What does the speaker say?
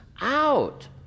out